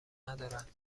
ندارد